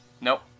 Nope